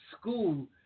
school